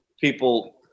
people